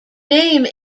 name